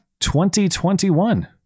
2021